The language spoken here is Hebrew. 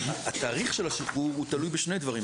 התאריך של השחרור הוא תלוי בשני דברים.